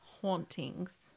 hauntings